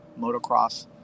motocross